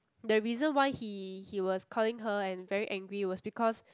the reason why he he was calling her and very angry was because